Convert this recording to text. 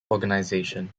organization